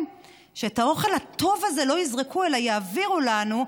שאת האוכל הטוב הזה לא יזרקו אלא יעבירו לנו,